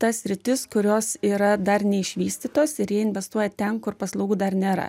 tas sritis kurios yra dar neišvystytos ir jie investuoja ten kur paslaugų dar nėra